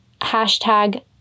hashtag